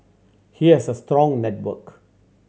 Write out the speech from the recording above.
he has a strong network